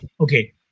Okay